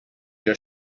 your